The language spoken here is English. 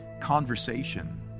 conversation